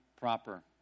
proper